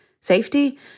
safety